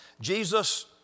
Jesus